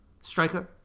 striker